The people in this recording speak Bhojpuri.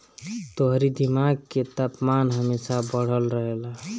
तोहरी दिमाग के तापमान हमेशा बढ़ल रहेला